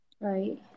Right